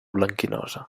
blanquinosa